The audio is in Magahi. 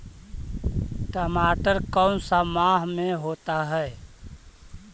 टमाटर कौन सा माह में होता है?